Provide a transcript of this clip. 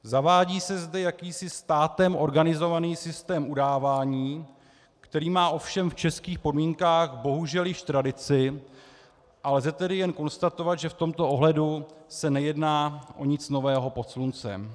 Zavádí se zde jakýsi státem organizovaný systém udávání, který má ovšem v českých podmínkách bohužel již tradici, a lze tedy jen konstatovat, že v tomto ohledu se nejedná o nic nového pod sluncem.